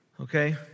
Okay